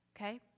okay